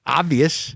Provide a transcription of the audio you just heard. obvious